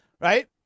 right